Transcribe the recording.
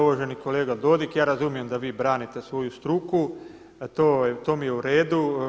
Uvaženi kolega Dodig, ja razumijem da vi branite svoju struku to mi je u redu.